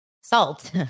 salt